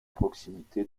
proximité